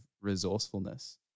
resourcefulness